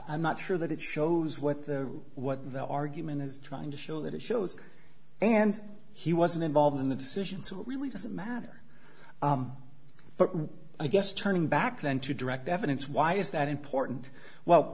i'm not sure that it shows what the what the argument is trying to show that it shows and he wasn't involved in the decision so it really doesn't matter but i guess turning back then to direct evidence why is that important well